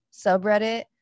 subreddit